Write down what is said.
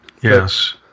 yes